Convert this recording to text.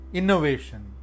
innovation